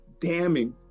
damning